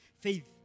faith